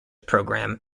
program